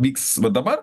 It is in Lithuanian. vyks va dabar